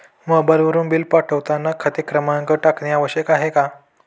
मोबाईलवरून बिल पाठवताना खाते क्रमांक टाकणे आवश्यक आहे का?